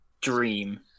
dream